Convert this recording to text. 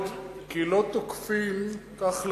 זה מעודן מאוד, כי לא תוקפים, כך למדתי,